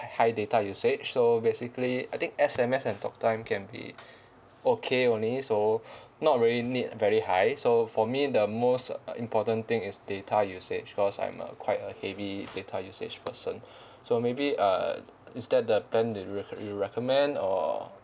high data usage so basically I think S_M_S and talk time can be okay only so not really need very high so for me the most important thing is data usage cause I'm a quite a heavy data usage person so maybe uh is that the plan that you you recommend or